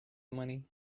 money